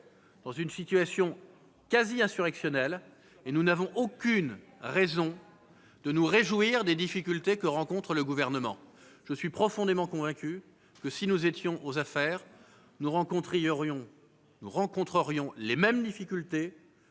dans une situation quasi insurrectionnelle, et nous n'avons aucune raison de nous réjouir des difficultés que rencontre le Gouvernement. Je suis profondément convaincu que, si nous étions aux affaires, nous rencontrerions les mêmes difficultés,